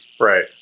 Right